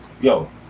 yo